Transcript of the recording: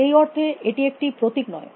সেই অর্থে এটি একটি প্রতীক নয়